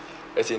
as in